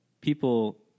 people